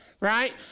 right